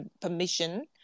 permission